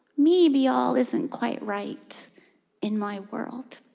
maybe all isn't quite right in my world